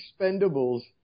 expendables